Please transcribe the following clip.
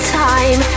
time